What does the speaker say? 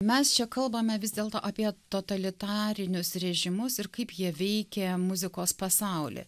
mes čia kalbame vis dėlto apie totalitarinius rėžimus ir kaip jie veikė muzikos pasaulį